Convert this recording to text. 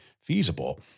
feasible